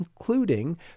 including